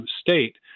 state